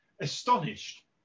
Astonished